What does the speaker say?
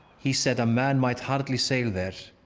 he said a man might hardly sail there,